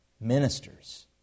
ministers